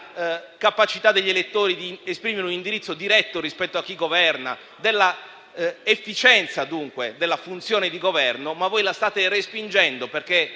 capacità degli elettori di esprimere un indirizzo diretto rispetto a chi governa, della efficienza dunque della funzione di Governo, ma voi la state respingendo.